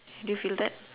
do you feel that